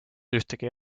ühtegi